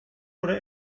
oder